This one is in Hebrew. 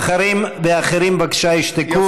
ואחרים בבקשה ישתקו.